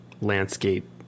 landscape